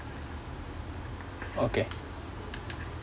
okay